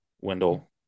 Wendell